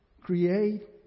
Create